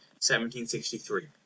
1763